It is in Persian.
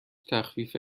تخفیف